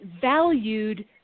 valued